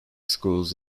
schools